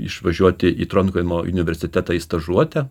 išvažiuoti į trondheimo universitetą į stažuotę